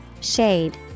Shade